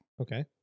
Okay